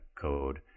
code